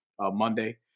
Monday